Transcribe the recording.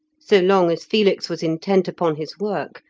so long as felix was intent upon his work,